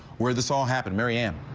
where this all happened mariam.